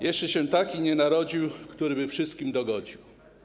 Jeszcze się taki nie narodził, który by wszystkim dogodził.